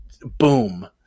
boom